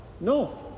No